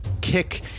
kick